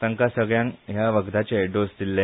तांका सगळ्यांक हया वखदाचे डोस दिल्ले